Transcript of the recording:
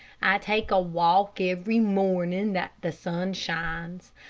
i take a walk every morning that the sun shines.